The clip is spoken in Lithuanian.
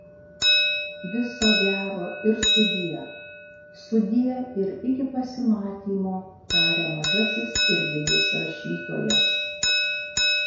viso gero ir sudie sudie ir iki pasimatymo taria mažasis ir didis rašytojas